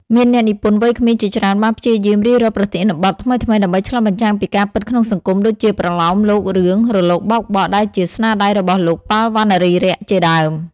មានអ្នកនិពន្ធវ័យក្មេងជាច្រើនបានព្យាយាមរិះរកប្រធានបទថ្មីៗ ដើម្បីឆ្លុះបញ្ចាំងពីការពិតក្នុងសង្គម ដូចជាប្រលោមលោករឿង រលកបោកបក់ ដែលជាស្នាដៃរបស់លោក ប៉ាល់ វណ្ណារីរក្សជាដើម។